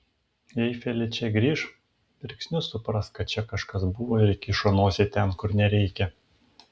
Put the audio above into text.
jei feličė grįš mirksniu supras kad čia kažkas buvo ir įkišo nosį ten kur nereikia